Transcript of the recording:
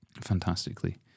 fantastically